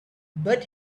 but